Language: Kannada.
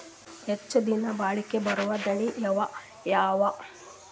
ಹೆಚ್ಚ ದಿನಾ ಬಾಳಿಕೆ ಬರಾವ ದಾಣಿಯಾವ ಅವಾ?